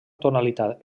tonalitat